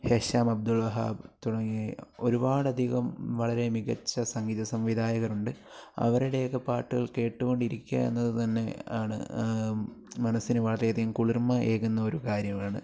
ഹേഷാം അബ്ദുൾ വഹാബ് തുടങ്ങി ഒരുപാട് അധികം വളരെ മികച്ച സംഗീതസംവിധായകരുണ്ട് അവരുടെയൊക്കെ പാട്ടുകൾ കേട്ടുകൊണ്ടിരിക്കുകയെന്നത് തന്നെ ആണ് മനസ്സിന് വളരെയധികം കുളിർമ്മ ഏകുന്നൊരു കാര്യമാണ്